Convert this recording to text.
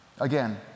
Again